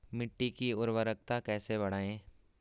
मिट्टी की उर्वरकता कैसे बढ़ायें?